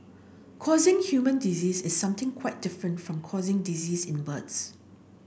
causing human disease is something quite different from causing disease in birds